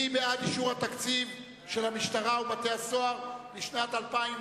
מי בעד אישור התקציב של המשטרה ובתי-סוהר לשנת 2009?